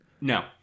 No